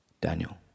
Daniel